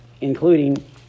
including